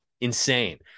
Insane